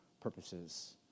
purposes